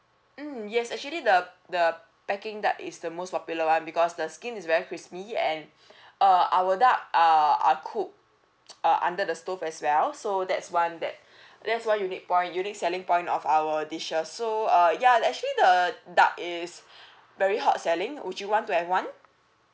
mm yes actually the the peking duck is the most popular one because the skin is very crispy and uh our duck are are cooked uh under the stove as well so that's one that that's one unique point unique selling point of our dishes so uh ya actually the duck is very hot selling would you want to have one